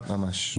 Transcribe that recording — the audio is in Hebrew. אמירה, ממש בקצרה.